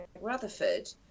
Rutherford